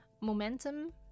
momentum